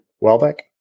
Welbeck